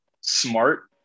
smart